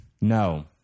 No